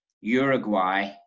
Uruguay